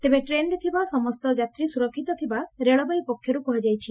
ତେବେ ଟ୍ରେନ୍ରେ ଥିବା ସମସ୍ତ ଯାତ୍ରୀ ସ୍ବରକ୍ଷିତ ଥିବା ରେଳବାଇ ପକ୍ଷର୍ କୁହାଯାଇଛି